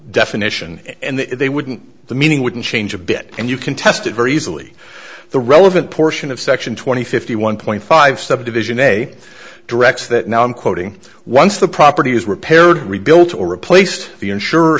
definition and they wouldn't the meaning wouldn't change a bit and you can test it very easily the relevant portion of section two hundred fifty one point five subdivision a directs that now i'm quoting once the property is repaired rebuilt or replaced the insurer